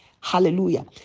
Hallelujah